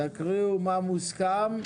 תקריאו מה מוסכם.